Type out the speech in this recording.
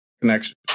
connection